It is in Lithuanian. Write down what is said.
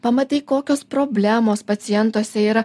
pamatai kokios problemos pacientuose yra